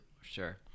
Sure